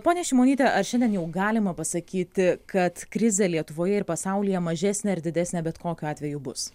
ponia šimonyte ar šiandien jau galima pasakyti kad krizė lietuvoje ir pasaulyje mažesnė ar didesnė bet kokiu atveju bus